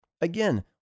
Again